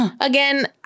Again